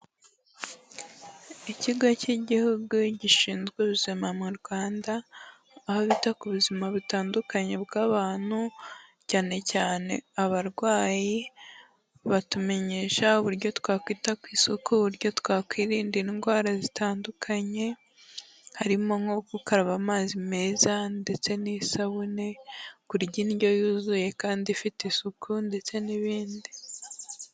Ikigo cy'Igihugu gishinzwe ubuzima mu Rwanda aho bita ku buzima butandukanye bw'abantu, cyane cyane abarwayi, batumenyesha uburyo twakwita ku isuku, uburyo twakwirinda indwara zitandukanye, harimo nko gukaraba amazi meza ndetse n'isabune, kurya indyo yuzuye kandi ifite isuku ndetse n'ibindi.